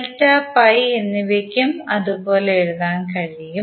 delta pi എന്നിവയ്ക്കും അതുപോലെ എഴുതാൻ കഴിയും